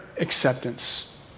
acceptance